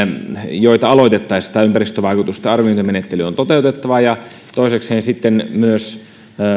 joita aloitettaessa tämä ympäristövaikutusten arviointimenettely on toteutettava ja toisekseen sitten myös